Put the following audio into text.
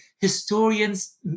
historians